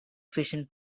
fission